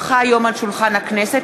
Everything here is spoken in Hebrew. כי הונחה היום על שולחן הכנסת,